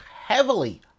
heavily